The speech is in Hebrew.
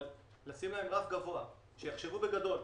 אבל לשים להם רף גבוה כדי שיחשבו בגדול.